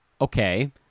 okay